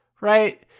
Right